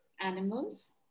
animals